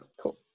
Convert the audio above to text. Cool